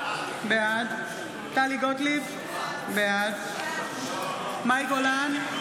בעד טלי גוטליב, בעד מאי גולן,